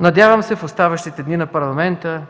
Надявам се в оставащите дни на Парламента